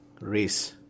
race